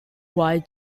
why